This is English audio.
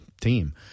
team